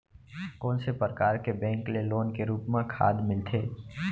कोन से परकार के बैंक ले लोन के रूप मा खाद मिलथे?